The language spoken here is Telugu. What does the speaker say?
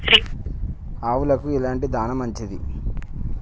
ఆవులకు ఎలాంటి దాణా మంచిది?